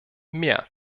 mehr